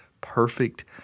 perfect